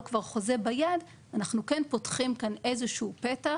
כבר חוזה ביד אנחנו כן פותחים כאן איזה שהוא פתח